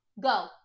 Go